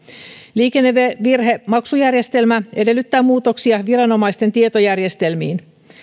liikennevirhemaksujärjestelmä edellyttää muutoksia viranomaisten tietojärjestelmiin